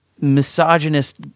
misogynist